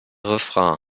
refrain